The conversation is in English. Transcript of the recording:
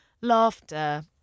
laughter